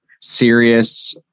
serious